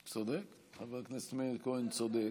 צודק, חבר הכנסת מאיר כהן צודק.